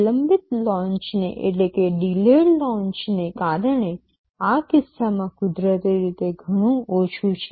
વિલંબિત લોન્ચને કારણે તે આ કિસ્સામાં કુદરતી રીતે ઘણું ઓછું છે